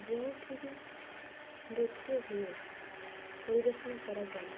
ଯେଉଁଠି ବି ନୃତ୍ୟ ହୁଏ ପରିବେଷଣ କରାଯାଏ